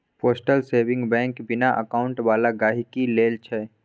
postal saving bank बिना account बला गहिंकी लेल छै